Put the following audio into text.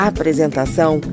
Apresentação